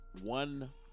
One